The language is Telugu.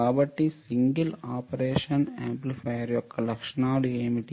కాబట్టి సింగిల్ ఆపరేషన్ యాంప్లిఫైయర్ యొక్క లక్షణాలు ఏమిటి